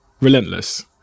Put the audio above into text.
relentless